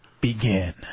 begin